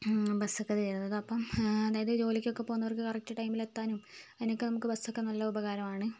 ബസ്സൊക്കേ കയറുന്നത് അപ്പം അതായത് ജോലിക്ക് പോകുന്നവർക്ക് കറക്റ്റ് ടൈമിൽ എത്താനും അതിനൊക്കേ ബസ്സൊക്കേ നല്ല ഉപകാരമാണ്